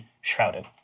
shrouded